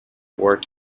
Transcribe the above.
worked